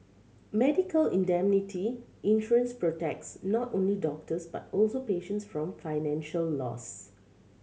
medical indemnity insurance protects not only doctors but also patients from financial loss